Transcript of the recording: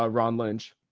ah ron lynch.